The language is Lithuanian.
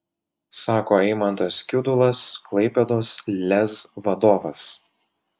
sako eimantas kiudulas klaipėdos lez vadovas